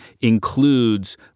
includes